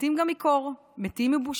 מתים גם מקור, מתים מבושה.